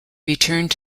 returned